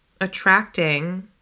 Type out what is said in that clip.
attracting